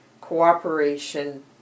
cooperation